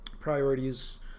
priorities